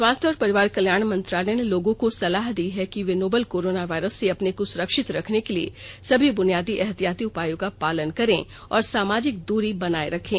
स्वास्थ्य और परिवार कल्याण मंत्रालय ने लोगों को सलाह दी है कि वे नोवल कोरोना वायरस से अपने को सुरक्षित रखने के लिए सभी बुनियादी एहतियाती उपायों का पालन करें और सामाजिक दूरी बनाए रखें